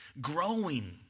growing